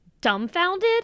dumbfounded